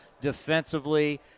defensively